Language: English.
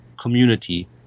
community